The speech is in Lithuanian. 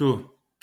tu